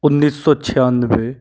उन्नीस सौ छियानवे